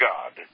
God